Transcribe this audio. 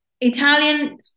italian